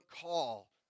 call